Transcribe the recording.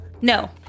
No